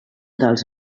dels